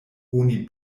oni